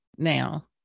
Now